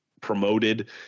promoted